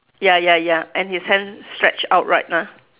ya ya ya and his hand stretch out right lah